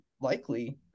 likely